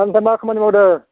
ओमफ्राय मा खामानि मावदों